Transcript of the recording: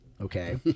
okay